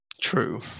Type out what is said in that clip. True